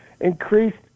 increased